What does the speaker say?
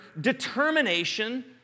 determination